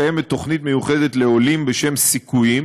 קיימת תוכנית מיוחדת לעולים בשם "סיכויים",